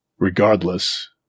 Regardless